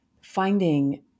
finding